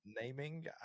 naming